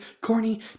corny